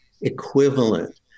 equivalent